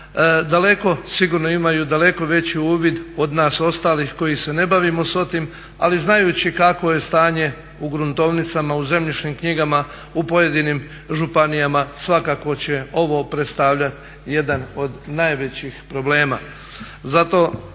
sigurno imaju daleko veći uvid od nas ostalih koji se ne bavimo sa tim ali znajući kakvoj je stanje u gruntovnicama, u zemljišnim knjigama, u pojedinim županijama svakako će ovo predstavljati jedan od najvećih problema.